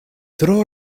tro